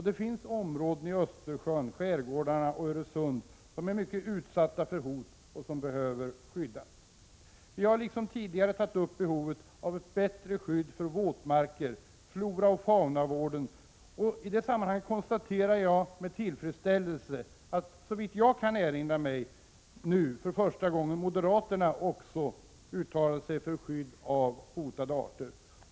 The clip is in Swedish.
Det finns områden i Östersjön, skärgårdarna och Öresund som är utsatta för hot och behöver skyddas. Vi tar liksom tidigare upp behovet av bättre skydd för våtmarker samt floraoch faunavården. Jag konstaterar med tillfredsställelse att också moderaterna, såvitt jag kan erinra mig för första gången, detta år uttalat sig för skydd av hotade arter.